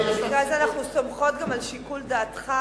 ואז אנחנו סומכות גם על שיקול דעתך